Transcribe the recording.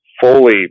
fully